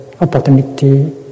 opportunity